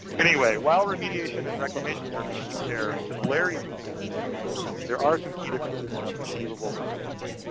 anyway, while remediation and reclamation services share similarities with waste disposal, there are some key differences in what's achievable under both.